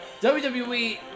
WWE